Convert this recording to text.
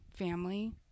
family